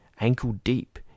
ankle-deep